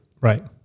Right